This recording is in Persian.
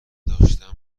داشتم